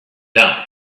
die